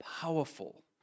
powerful